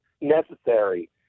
necessary